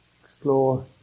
explore